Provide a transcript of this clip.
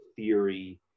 theory